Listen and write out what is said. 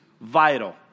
vital